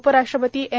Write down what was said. उपराष्ट्रपती एम